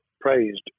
praised